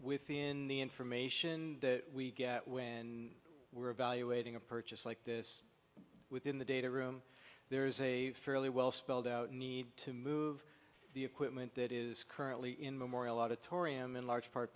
within the information we get when we're evaluating a purchase like this within the data room there is a fairly well spelled out need to move the equipment that is currently in memorial out of tory i'm in large part